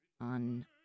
on